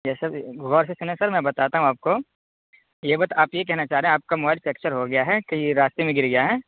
یس sir غور سے سنیں میں بتاتا ہوں آپ کو یہ بات آپ یہ کہنا چاہ رہے ہیں آپ کا موبائل فیکچر ہو گیا ہے کہیں راستے میں گر گیا ہے